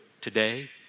today